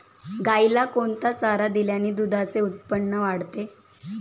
गाईला कोणता चारा दिल्याने दुधाचे उत्पन्न वाढते?